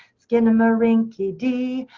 skinnamarinky-dee.